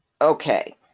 Okay